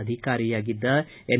ಅಧಿಕಾರಿಯಾಗಿದ್ದ N